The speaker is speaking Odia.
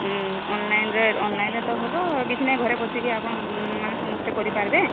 ଉଁ ଅନ୍ଲାଇନ୍ରେ ଅନ୍ଲାଇନ୍ରେ ତ ହବ କିଛି ନାଇଁ ଘରେ ବସିକି ଆପଣମାନେ ସମସ୍ତେ କରିପାରିବେ